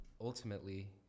ultimately